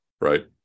right